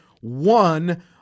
one